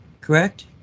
correct